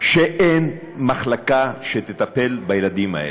שאין מחלקה שתטפל בילדים האלה,